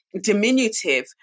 diminutive